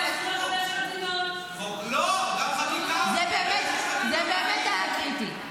זה באמת היה קריטי.